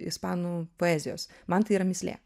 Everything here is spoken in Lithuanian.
ispanų poezijos man tai yra mįslė